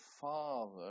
father